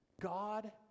God